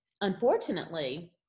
unfortunately